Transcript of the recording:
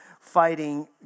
fighting